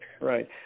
right